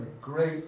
great